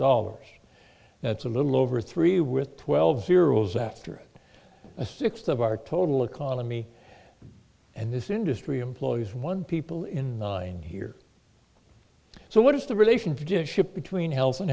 dollars that's a little over three with twelve zeros after a sixth of our total economy and this industry employs one people in mind here so what is the relation to ship between health and